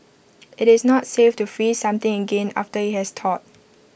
IT is not safe to freeze something again after IT has thawed